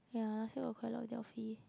ya last year got quite a lot of